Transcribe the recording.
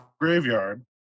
graveyard